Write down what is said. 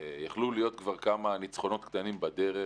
יכלו להיות כבר כמה ניצחונות קטנים בדרך